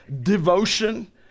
devotion